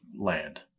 land